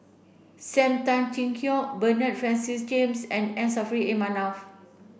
Sam Tan Chin Siong Bernard Francis James and M Saffri A Manaf